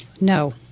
No